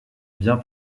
bien